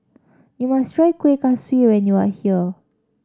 you must try Kueh Kaswi when you are here